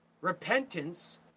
Repentance